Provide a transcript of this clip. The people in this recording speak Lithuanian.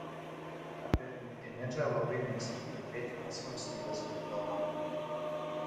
apie imidžą labai mėgsta pakalbėti pats valstybės galva